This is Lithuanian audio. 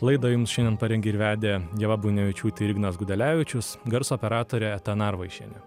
laidą jums šiandien parengė ir vedė ieva buinevičiūtė ir ignas gudelevičius garso operatorė narvaišienė